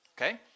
Okay